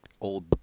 old